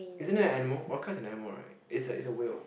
isn't that an animal orca is an animal right it's a it's a whale